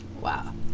Wow